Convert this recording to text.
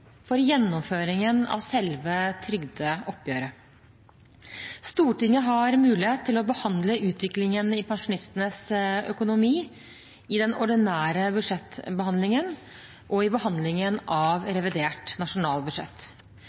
for gjennomføringen av selve trygdeoppgjøret. Stortinget har mulighet til å behandle utviklingen i pensjonistenes økonomi i den ordinære budsjettbehandlingen og i behandlingen av revidert nasjonalbudsjett.